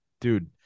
dude